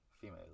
female